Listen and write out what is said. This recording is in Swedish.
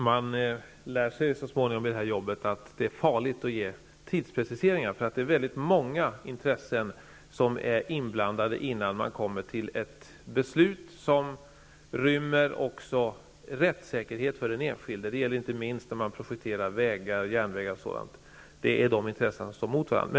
Fru talman! I det här jobbet lär man sig så småningom att det är farligt att ge tidspreciseringar. Det är många intressen som är inblandade innan man kommer till ett beslut som också rymmer rättssäkerhet för den enskilde. Det gäller inte minst när man projekterar vägar, järnvägar och sådant. Dessa intressen står mot varandra.